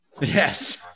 Yes